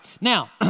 Now